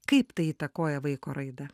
kaip tai įtakoja vaiko raidą